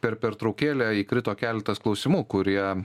per pertraukėlę įkrito keletas klausimų kurie